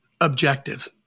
objective